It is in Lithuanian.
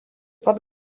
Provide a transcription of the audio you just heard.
pat